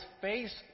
face